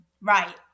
right